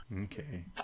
Okay